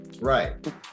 right